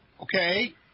Okay